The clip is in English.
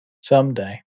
Someday